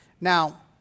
Now